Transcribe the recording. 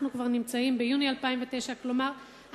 אנחנו כבר נמצאים ביוני 2009. כלומר,